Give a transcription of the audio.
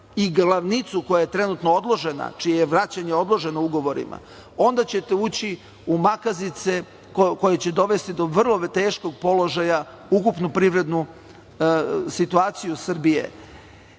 i glavnicu koja je trenutno odložena, čije je vraćanje odloženo ugovorima, onda ćete ući u makazice koje će dovesti do vrlo teškog položaja ukupnu privrednu situaciju Srbije. Šta